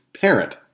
parent